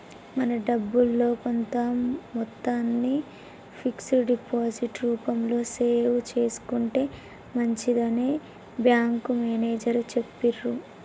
మన డబ్బుల్లో కొంత మొత్తాన్ని ఫిక్స్డ్ డిపాజిట్ రూపంలో సేవ్ చేసుకుంటే మంచిదని బ్యాంకు మేనేజరు చెప్పిర్రు